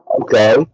okay